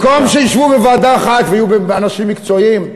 במקום שישבו בוועדה אחת ויהיו אנשים מקצועיים,